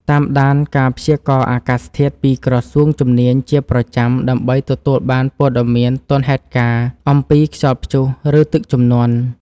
តាមដានការព្យាករណ៍អាកាសធាតុពីក្រសួងជំនាញជាប្រចាំដើម្បីទទួលបានព័ត៌មានទាន់ហេតុការណ៍អំពីខ្យល់ព្យុះ ឬ ទឹកជំនន់។